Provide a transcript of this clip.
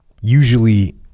Usually